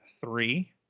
three